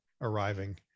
arriving